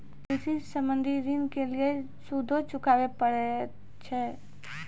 कृषि संबंधी ॠण के लेल सूदो चुकावे पड़त छै?